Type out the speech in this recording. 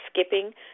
skipping